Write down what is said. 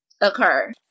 occur